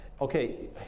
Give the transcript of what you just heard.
Okay